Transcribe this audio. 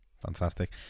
Fantastic